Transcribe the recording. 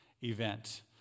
event